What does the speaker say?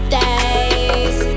days